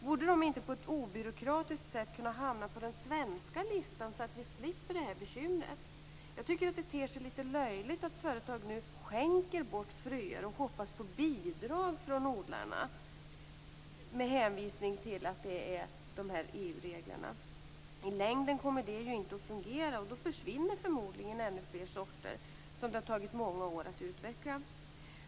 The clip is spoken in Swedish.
Borde de inte på ett obyråkratiskt sätt kunna hamna på den svenska listan, så att vi slipper det här bekymret? Jag tycker att det ter sig litet löjligt att företag nu skänker bort fröer och hoppas på bidrag från odlarna, med hänvisning till EU-reglerna. I längden kommer det ju inte att fungera, och då försvinner förmodligen ännu fler sorter som det har tagit många år att utveckla.